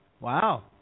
Wow